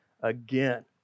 again